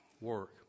work